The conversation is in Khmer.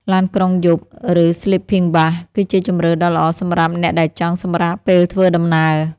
ឡានក្រុងយប់ ឬ Sleeping Bus គឺជាជម្រើសដ៏ល្អសម្រាប់អ្នកដែលចង់សម្រាកពេលធ្វើដំណើរ។